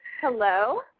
Hello